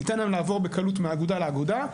ניתן להם לעבור בקלות מאגודה לאגודה,